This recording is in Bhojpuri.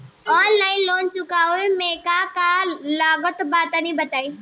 आनलाइन लोन चुकावे म का का लागत बा तनि बताई?